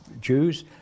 Jews